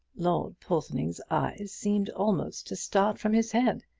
lord porthoning's eyes seemed almost to start from his head.